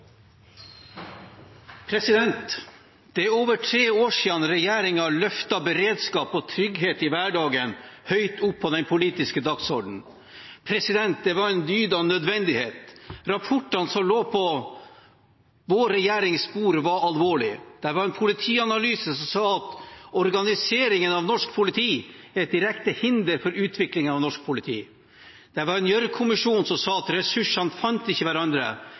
områdene. Det er over tre siden regjeringen løftet beredskap og trygghet i hverdagen høyt opp på den politiske dagsorden. Det var en dyd av nødvendighet. Rapportene som lå på vår regjerings bord, var alvorlige. Det var en politianalyse som sa at organiseringen av norsk politi var til direkte hinder for utviklingen av norsk politi. Det var en Gjørv-kommisjon som sa at ressursene fant ikke hverandre